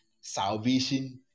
salvation